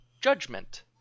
judgment